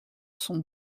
son